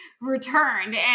returned